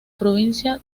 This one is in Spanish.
provincia